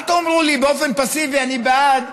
אל תאמרו לי באופן פסיבי: אני בעד,